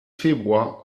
februar